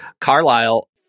Carlisle